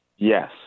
Yes